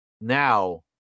now